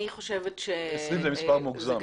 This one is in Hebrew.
20 זה מספר מוגזם.